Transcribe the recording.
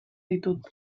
ditut